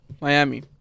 Miami